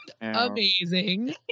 Amazing